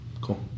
Cool